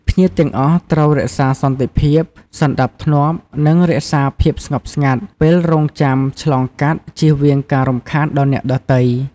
ភ្ញៀវទាំងអស់ត្រូវរក្សាសន្តិភាព សណ្តាប់ធ្នាប់ និងរក្សាភាពស្ងប់ស្ងាត់ ពេលរង់ចាំឆ្លងកាត់ ជៀសវាងការរំខានដល់អ្នកដទៃ។